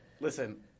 Listen